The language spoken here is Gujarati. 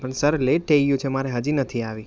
પણ સર લેટ થઈ ગયું છે મારે હજી નથી આવી